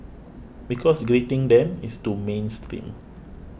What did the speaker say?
because greeting them is too mainstream